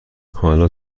حالا